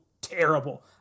terrible